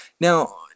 Now